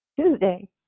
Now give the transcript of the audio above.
Tuesday